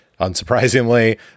unsurprisingly